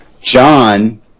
John